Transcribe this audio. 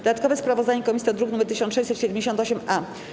Dodatkowe sprawozdanie komisji to druk nr 1678-A.